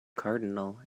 cardinal